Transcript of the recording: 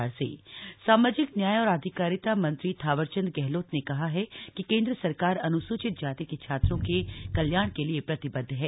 छात्रवृति में बदलाव सामाजिक न्याय और अधिकारिता मंत्री थावरचंद गहलोत ने कहा है कि केंद्र सरकार अनुसूचित जाति के छात्रो के कल्याण के लिए प्रतिबद्ध है